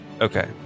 Okay